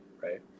right